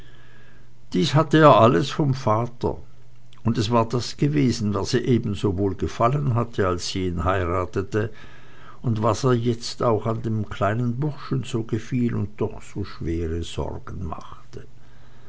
dies hatte er alles vom vater und es war das gewesen was ihr eben so wohl gefallen hatte als sie ihn heiratete und was ihr jetzt auch an dem kleinen burschen so wohl gefiel und doch so schwere sorgen machte